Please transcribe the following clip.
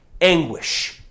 anguish